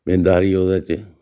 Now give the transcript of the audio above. बिंद हारी ओह्दे च